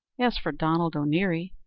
as for donald o'neary,